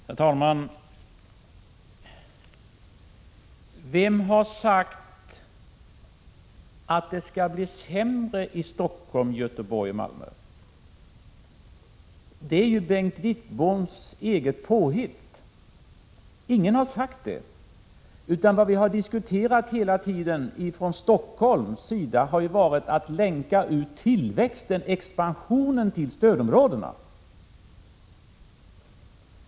Herr talman! Vem har sagt att det skall bli sämre i Stockholm, Göteborg och Malmö? Det är Bengt Wittboms eget påhitt. Ingen har sagt det. Vad vi från Stockholms sida hela tiden har diskuterat har varit att länka ut tillväxten, expansionen, till stödområdena.